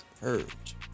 purge